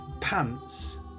pants